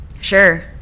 Sure